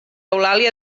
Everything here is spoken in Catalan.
eulàlia